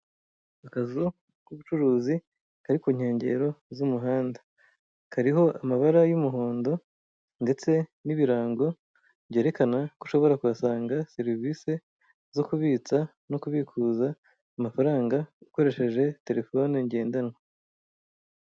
Akazu k'ubucuruzi kari ku nkengero z'umuhanda kariho amabara y'umuhondo ndetse n'ibirango byerekana ko ushobra kuhasanga serivise zo kubitsa no ubikuza amafaranaga ukoresheje terefone ngendanwa.